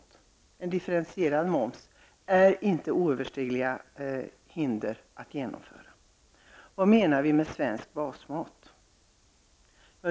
Att genomföra en differentierad moms innebär inga oöverstigliga hinder. Vad menar vi med svensk basmat?